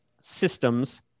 systems